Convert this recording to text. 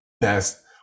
best